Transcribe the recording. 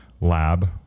lab